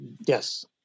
Yes